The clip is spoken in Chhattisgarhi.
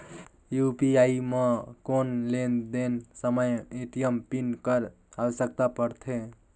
यू.पी.आई म कौन लेन देन समय ए.टी.एम पिन कर आवश्यकता पड़थे?